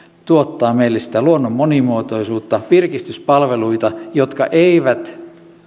tuottaa meille sitä luonnon monimuotoisuutta virkistyspalveluita jotka eivät